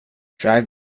drive